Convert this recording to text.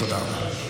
תודה רבה.